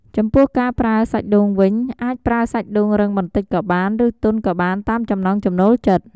ចំពោះការប្រើសាច់ដូងវិញ អាចប្រើសាច់ដូងរឹងបន្តិចក៏បាន ឬទន់ក៏បានតាមចំណង់ចំណូលចិត្ត។